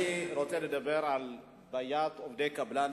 אני רוצה לדבר על בעיית עובדי הקבלן,